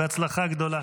בהצלחה גדולה.